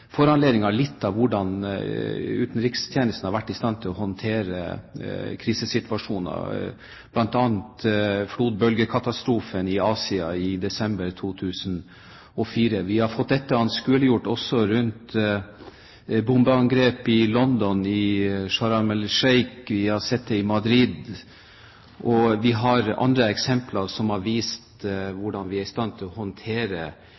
litt av foranledningen hvordan utenrikstjenesten har vært i stand til å håndtere krisesituasjoner, bl.a. flodbølgekatastrofen i Asia i desember 2004. Vi har fått dette anskueliggjort også rundt bombeangrep i London, i Sharm el Sheikh, og vi har sett det i Madrid. Vi har andre eksempler som har vist hvordan vi er i stand til å håndtere